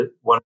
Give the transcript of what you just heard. one